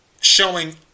showing